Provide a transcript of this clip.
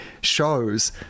shows